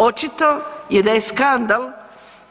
Očito je da je skandal